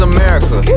America